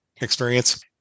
experience